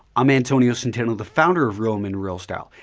i'm antonio centeno, the founder of real men real style,